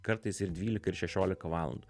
kartais ir dvylika ir šešiolika valandų